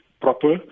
proper